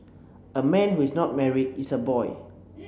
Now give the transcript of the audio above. a man who is not married is a boy